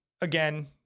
again